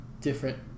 different